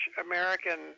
american